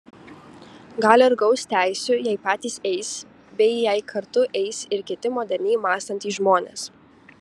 gal ir gaus teisių jei patys eis bei jei kartu eis ir kiti moderniai mąstantys žmonės